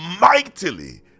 mightily